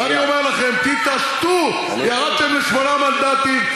ואני אומר לכם: תתעשתו, ירדתם לשמונה מנדטים.